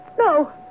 No